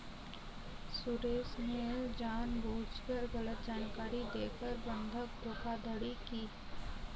सुरेश ने जानबूझकर गलत जानकारी देकर बंधक धोखाधड़ी की